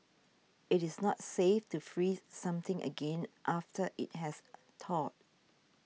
it is not safe to freeze something again after it has thawed